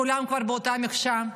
כולם כבר באותה מקשה.